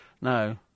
No